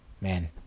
man